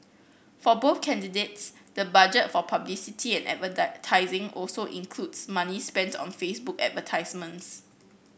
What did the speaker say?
for both candidates the budget for publicity and also includes money spent on Facebook advertisements